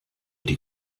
die